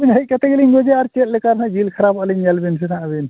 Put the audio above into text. ᱟᱹᱵᱤᱱ ᱦᱮᱡ ᱠᱟᱛᱮᱫ ᱜᱮᱞᱤᱧ ᱜᱚᱡᱮᱭ ᱟᱨ ᱪᱮᱫ ᱞᱮᱠᱟ ᱨᱮ ᱱᱟᱦᱟᱜ ᱡᱤᱞ ᱠᱷᱟᱨᱟᱯᱚᱜᱼᱟ ᱟᱹᱵᱤᱱ ᱧᱮᱞ ᱵᱤᱱ ᱦᱟᱜ ᱥᱮ ᱟᱹᱵᱤᱱ